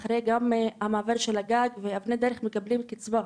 אחרי המעבר של 'הגג' ו'אבני דרך' הם מקבלים קצבה,